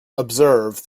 observe